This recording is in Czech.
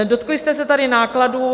Dotkli jste se tady nákladů.